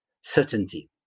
certainty